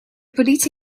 politie